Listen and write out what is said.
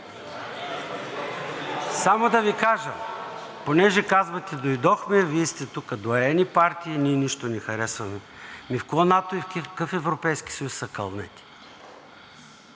Само да Ви кажа, понеже казвате: „Дойдохме, Вие сте тук доайени партии, ние нищо не харесваме.“ Ами в какво НАТО и в какъв Европейски съюз се кълнете?!